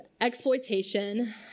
exploitation